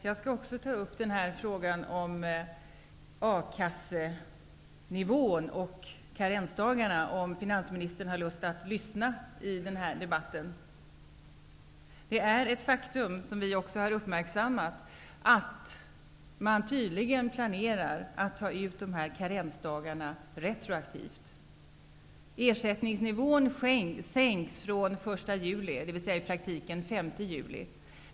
Herr talman! Även jag skall ta upp frågan om akassenivån och karensdagarna, om finansministern har lust att lyssna i denna debatt. Det är ett faktum, som också vi har uppmärksammat, att man tydligen planerar att ta ut dessa karensdagar retroaktivt. Ersättningsnivån sänks fr.o.m. den 1 juli, dvs. i praktiken fr.o.m. den 5 juli.